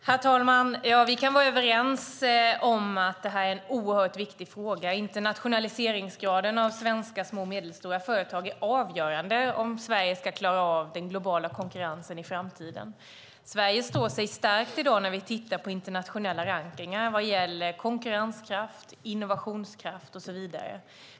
Herr talman! Vi kan vara överens om att det här är en oerhört viktig fråga. Internationaliseringsgraden av svenska små och medelstora företag är avgörande om Sverige ska klara av den globala konkurrensen i framtiden. Sverige står sig starkt i dag i nationella rankningar vad gäller konkurrenskraft, innovationskraft och så vidare.